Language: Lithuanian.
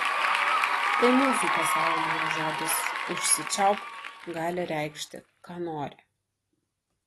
tai mūsų pasaulyje žodis užsičiaupk gali reikšti ką nori